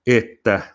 että